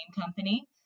company